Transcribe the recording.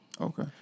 Okay